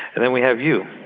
and then we have you.